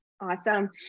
Awesome